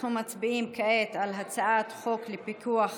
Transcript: אנחנו מצביעים כעת על הצעת חוק לפיקוח